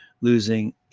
losing